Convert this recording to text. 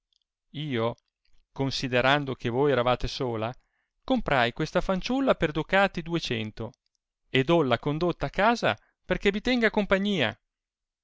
io considerando che voi eravate sola comprai questa fanciulla per ducati ducente ed bolla condotta a casa perchè vi tenga compagnia